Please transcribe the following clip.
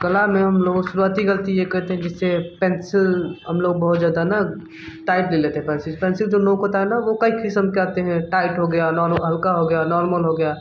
कला में हम लोग शुरुआती ग़लती ये करते हैं जिससे पेंसिल हम लोग बहुत ज़्यादा ना टाइट ले लेते हैं पेंसिल पेंसिल जो नोक होता है ना वो कई किसम के आते हैं टाइट हो गया नोर्म हल्का नॉर्मल हो गया